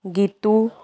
Geetu